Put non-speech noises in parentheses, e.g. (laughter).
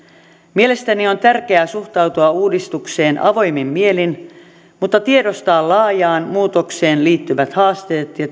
mielestäni on tärkeää suhtautua uudistukseen avoimin mielin mutta tiedostaa laajaan muutokseen liittyvät haasteet ja (unintelligible)